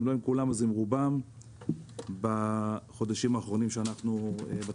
ואם לא עם כולם אז עם רובם בחודשים האחרונים שאנחנו בתפקיד.